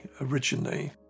originally